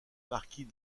marquis